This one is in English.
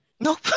Nope